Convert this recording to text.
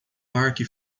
parque